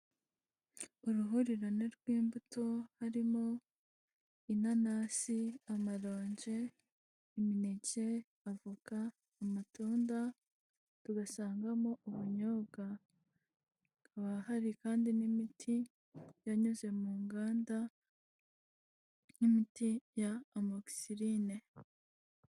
Uruhurirane rw'imbuto harimo: inanasi, amaronge, imineke, avokaga, amatunda, tugasangamo ubunyobwa, hakaba hari kandi n'imiti yanyuze mu nganda nk'imiti ya amogisisirine.